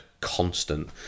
constant